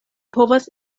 povas